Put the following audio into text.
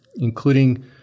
including